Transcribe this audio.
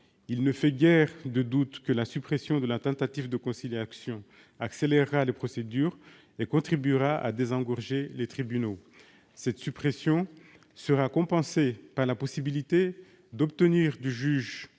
Il ne fait guère de doute que la suppression de la tentative de conciliation accélérera la procédure et contribuera à désengorger les tribunaux. Cette suppression sera compensée par la possibilité d'obtenir du juge